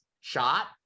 shot